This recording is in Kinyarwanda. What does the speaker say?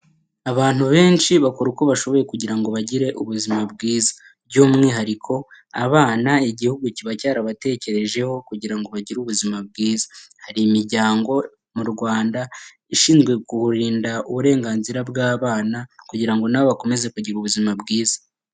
Abantu benshi bakora uko bashoboye kugira ngo bagire ubuzima bwiza. By'umwihariko abana Igihugu kiba cyarabatekerejeho kugira ngo bagire ubuzima bwiza. Hari imiryango mu Rwanda ishinzwe kuburinda uburenganzira bw'abana kugira ngo nabo bakomeze kugira ubuzima bwiza.